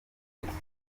ugeze